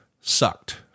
sucked